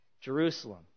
Jerusalem